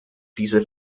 diese